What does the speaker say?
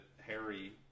Harry